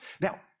Now